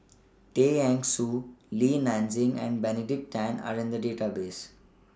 Tay Eng Soon Li Nanxing and Benedict Tan Are in The Database